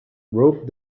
rope